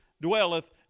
dwelleth